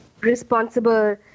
responsible